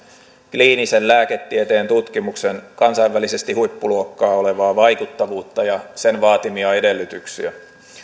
kliinisen lääketieteen tutkimuksen kansainvälisesti huippuluokkaa olevaa vaikuttavuutta ja sen vaatimia edellytyksiä